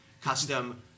custom